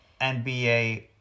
NBA